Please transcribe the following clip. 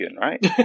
right